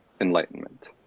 enlightenment